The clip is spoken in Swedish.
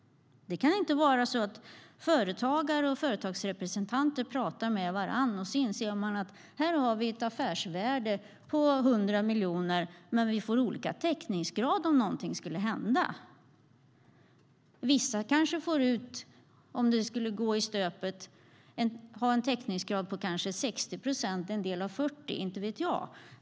Det kan inte vara så att företagare och företagsrepresentanter talar med varandra och inser att de har ett affärsvärde på 100 miljoner men får olika täckningsgrad om någonting skulle hända. Om det skulle gå i stöpet kanske vissa har en täckningsgrad på 60 procent och vissa 40 - inte vet jag.